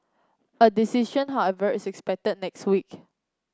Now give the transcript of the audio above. a decision however is expected next week